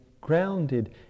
grounded